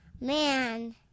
Man